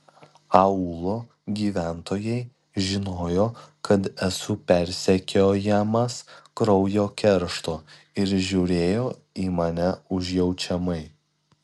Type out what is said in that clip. aūlo gyventojai žinojo kad esu persekiojamas kraujo keršto ir žiūrėjo į mane užjaučiamai